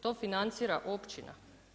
To financira općina.